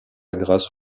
grâce